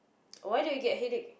why do you get headache